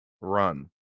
run